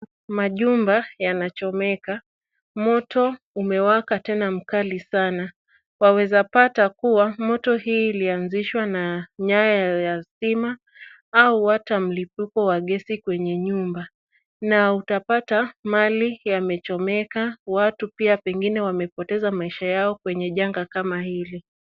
Majumba yanachomeka, moto umewaka tena mkali sana, waweza pata kuwa moto huu ulianzishwa na nyaya ya stima au hata mlipuko wa gesi kwenye nyumba na utapata mali yamechomeka watu pia pengine wamepoteza maisha yao kwenye janga kama hili.